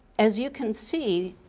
as you can see,